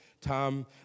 Tom